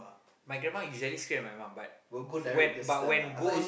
my grandma usually scream at my mum but when but when go